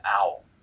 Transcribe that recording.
owl